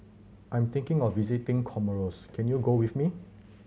I am thinking of visiting Comoros can you go with me